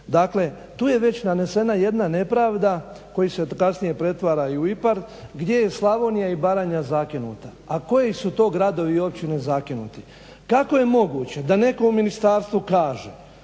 dakle tu je već nanesena jedna nepravda koja se kasnije i pretvara u IPARD gdje je Slavonija i Baranja zakinuta a koji su to gradovi i općine zakinuti. Kako je moguće da netko u ministarstvu kaže